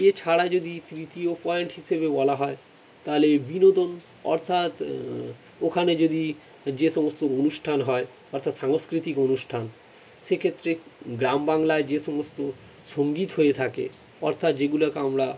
এছাড়া যদি তৃতীয় পয়েন্ট হিসেবে বলা হয় তাহলে বিনোদন অর্থাৎ ওখানে যদি যে সমস্ত অনুষ্ঠান হয় অর্থাৎ সাংস্কৃতিক অনুষ্ঠান সেক্ষেত্রে গ্রাম বাংলায় যে সমস্ত সঙ্গীত হয়ে থাকে অর্থাৎ যেগুলোকে আমরা